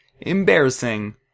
embarrassing